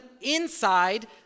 inside